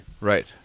Right